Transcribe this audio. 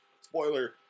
Spoiler